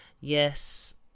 Yes